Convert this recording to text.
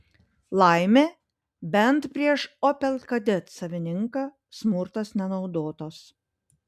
laimė bent prieš opel kadet savininką smurtas nenaudotas